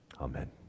Amen